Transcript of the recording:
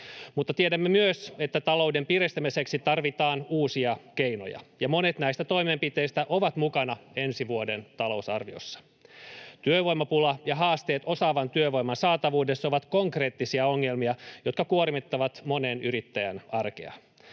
Mutta tiedämme myös, että talouden piristämiseksi tarvitaan uusia keinoja, ja monet näistä toimenpiteistä ovat mukana ensi vuoden talousarviossa. Työvoimapula ja haasteet osaavan työvoiman saatavuudessa ovat konkreettisia ongelmia, jotka kuormittavat monen yrittäjän arkea.